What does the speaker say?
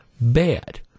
bad